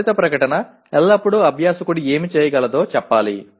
ఫలిత ప్రకటన ఎల్లప్పుడూ అభ్యాసకుడు ఏమి చేయగలదో చెప్పాలి